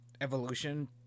evolution